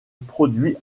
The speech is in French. produits